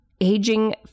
aging